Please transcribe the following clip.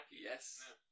Yes